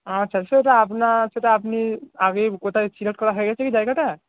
আচ্ছা সেটা আপনার সেটা আপনি আগেই কোথায় সিলেক্ট করা হয়ে গেছে কি জায়গাটা